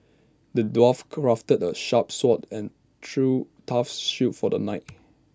the dwarf crafted A sharp sword and A true tough shield for the knight